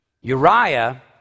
Uriah